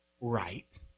right